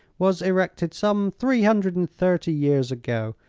was erected some three hundred and thirty years ago,